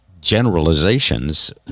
generalizations